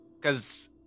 Cause